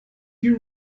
you